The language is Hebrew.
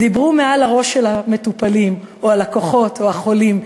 דיברו מעל לראש של המטופלים או הלקוחות או החולים,